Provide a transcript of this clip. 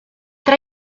tra